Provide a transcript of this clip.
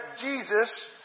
Jesus